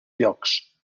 llocs